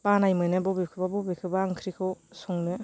बानाय मोनो बबेखौबा बबेखौबा ओंख्रिखौ संनो